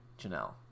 Janelle